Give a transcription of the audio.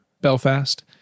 belfast